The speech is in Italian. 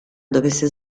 dovesse